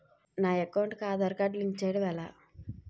నా అకౌంట్ కు Aadhaar card link చేయడం ఎలా?